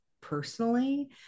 personally